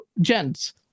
gents